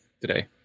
today